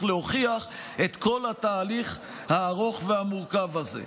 להוכיח את כל התהליך הארוך והמורכב הזה.